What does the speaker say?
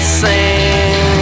sing